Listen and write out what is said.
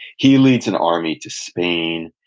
he leads an army to spain,